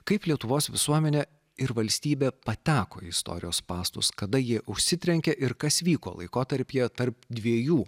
kaip lietuvos visuomenė ir valstybė pateko į istorijos spąstus kada jie užsitrenkė ir kas vyko laikotarpyje tarp dviejų